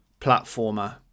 platformer